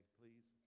please